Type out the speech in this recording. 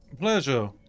pleasure